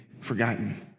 forgotten